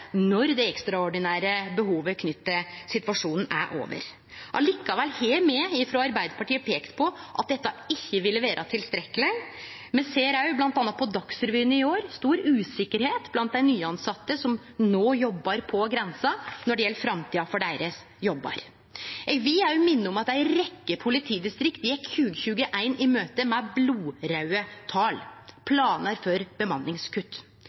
når det ekstraordinære behovet knytt til situasjonen er over. Likevel har me frå Arbeidarpartiet peikt på at dette ikkje vil vere tilstrekkeleg. Me ser òg, bl.a. frå Dagsrevyen i år, stor usikkerheit blant dei nytilsette som no jobbar på grensa, når det gjeld framtida for deira jobbar. Eg vil òg minne om at ei rekkje politidistrikt gjekk 2021 i møte med blodraude tal og planar for bemanningskutt.